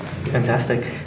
Fantastic